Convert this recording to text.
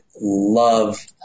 love